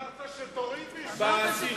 אמרת שתוריד מסים, עכשיו אתה מעלה מסים.